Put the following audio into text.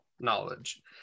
knowledge